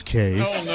case